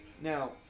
Now